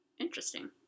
Interesting